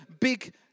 big